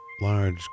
Large